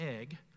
egg